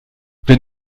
wenn